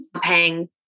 paying